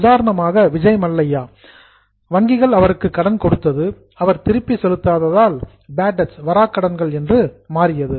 உதாரணமாக Vijay Mallya Vijay Mallyah வங்கிகள் அவருக்கு கடன் கொடுத்தது அவர் திருப்பி செலுத்தாததால் பேட் டெட்ஸ் வராக்கடன்கள் என்று மாறியது